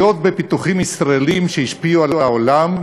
ופיתוחים ישראליים שהשפיעו על העולם",